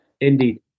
Indeed